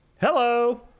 Hello